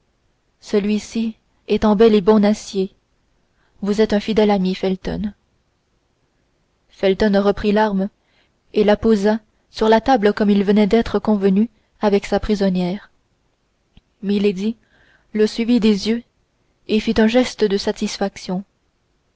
celui-ci est en bel et bon acier vous êtes un fidèle ami felton felton reprit l'arme et la posa sur la table comme il venait d'être convenu avec sa prisonnière milady le suivit des yeux et fit un geste de satisfaction